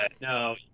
no